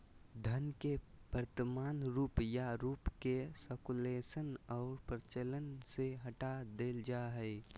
धन के वर्तमान रूप या रूप के सर्कुलेशन और प्रचलन से हटा देल जा हइ